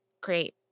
great